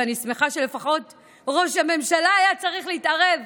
ואני שמחה שלפחות ראש הממשלה היה צריך להתערב.